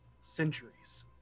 centuries